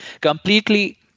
completely